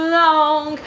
long